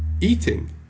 eating